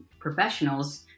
professionals